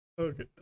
okay